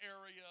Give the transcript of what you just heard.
area